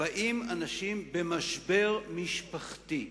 באים אנשים במשבר משפחתי.